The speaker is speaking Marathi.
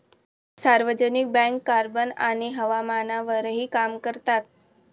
सार्वजनिक बँक कार्बन आणि हवामानावरही काम करतात